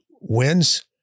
wins